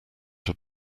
had